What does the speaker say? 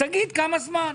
תגיד כמה זמן.